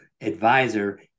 advisor